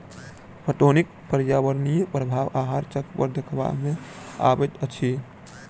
पटौनीक पर्यावरणीय प्रभाव आहार चक्र पर देखबा मे अबैत अछि